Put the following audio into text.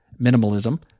minimalism